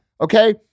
okay